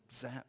zap